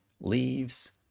leaves